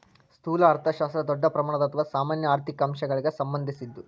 ಸ್ಥೂಲ ಅರ್ಥಶಾಸ್ತ್ರ ದೊಡ್ಡ ಪ್ರಮಾಣದ ಅಥವಾ ಸಾಮಾನ್ಯ ಆರ್ಥಿಕ ಅಂಶಗಳಿಗ ಸಂಬಂಧಿಸಿದ್ದು